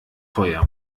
feuer